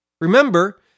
Remember